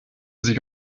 sich